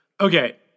Okay